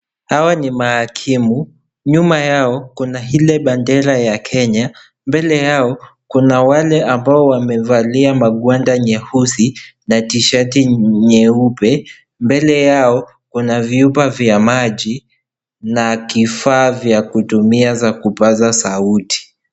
Hawa ni mahakimu. Nyuma yao, kuna ile bendera ya Kenya. Mbele yao, kuna wale ambao wamevalia magwanda nyeusi na tisheti nyeupe. Mbele yao, kuna vyupa vya maji, na kifaa vya kutumia za kupaza sauti.